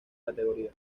categoría